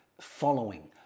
following